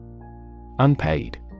Unpaid